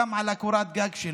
גם על קורת הגג שלו.